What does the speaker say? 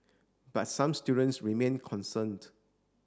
but some students remain concerned